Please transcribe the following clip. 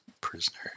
Prisoner